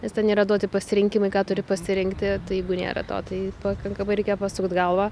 nes ten yra duoti pasirinkimai ką turi pasirinkti tai jeigu nėra to tai pakankamai reikia pasukt galvą